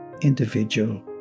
individual